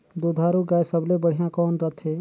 दुधारू गाय सबले बढ़िया कौन रथे?